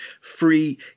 free